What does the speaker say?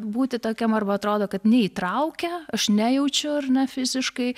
būti tokiam arba atrodo kad neįtraukia aš nejaučiau ar ne fiziškai